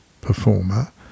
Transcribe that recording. performer